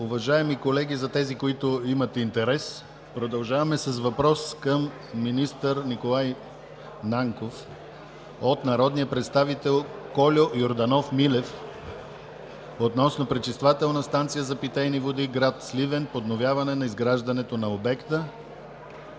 Уважаеми колеги – за тези, които имат интерес, продължаваме с въпрос към министър Николай Нанков от народния представител Кольо Йорданов Милев относно пречиствателна станция за питейни води – град Сливен, подновяване на изграждането на обекта.